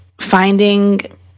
finding